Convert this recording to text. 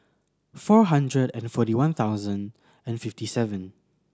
four hundred and forty one thousand fifty seven